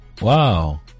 Wow